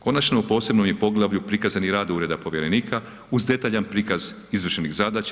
Konačno, u posebnom je poglavlju prikazani rad Ureda povjerenika uz detaljan prikaz izvršenih zadaća.